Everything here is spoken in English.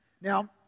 Now